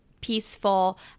peaceful